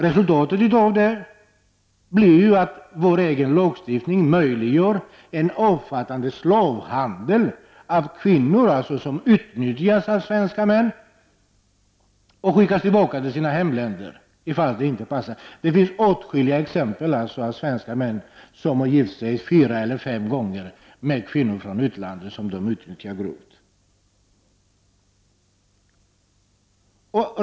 Resultatet har blivit att vår egen lagstiftning har möjliggjort en omfattande slavhandel med kvinnor som utnyttjas av svenska män och skickas sedan tillbaka till sina hemländer om de inte passar. Det finns åtskilliga exempel på svenska män som har gift sig fyra fem gånger med kvinnor från utlandet som de sedan utnyttjat grovt.